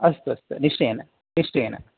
अस्तु अस्तु निश्चयेन निश्चयेन